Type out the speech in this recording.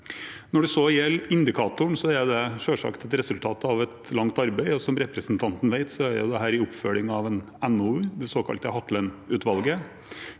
Når det så gjelder indikatoren, er det selvsagt et resultat av et langt arbeid. Som representanten vet, er dette en oppfølging av en NOU,